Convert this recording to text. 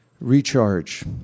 recharge